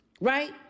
Right